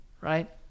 right